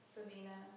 Sabina